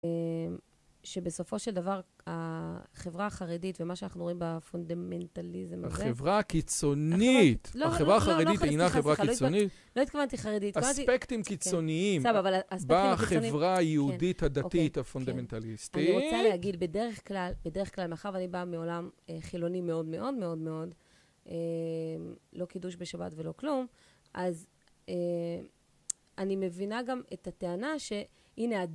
שבסופו של דבר, החברה החרדית, ומה שאנחנו רואים בפונדמנטליזם הזה... החברה הקיצונית, החברה החרדית אינה חברה קיצונית. לא התכוונתי חרדית. אספקטים קיצוניים בחברה היהודית הדתית הפונדמנטליסטית. אני רוצה להגיד, בדרך כלל, מאחר ואני באה מעולם חילוני מאוד מאוד מאוד מאוד, לא קידוש בשבת ולא כלום, אז אני מבינה גם את הטענה שהנה ה..